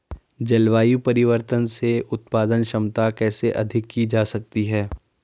जलवायु परिवर्तन से उत्पादन क्षमता कैसे अधिक की जा सकती है?